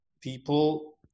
people